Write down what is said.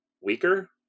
weaker